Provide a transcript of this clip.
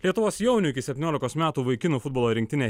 lietuvos jaunių iki septyniolikos metų vaikinų futbolo rinktinė